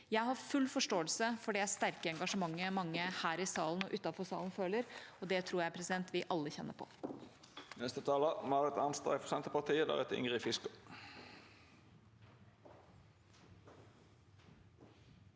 Jeg har full forståelse for det sterke engasjementet mange her i salen og utenfor salen føler, og det tror jeg vi alle kjenner på.